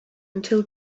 until